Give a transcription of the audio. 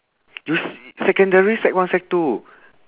you s~ secondary sec one sec two